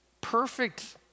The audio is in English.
perfect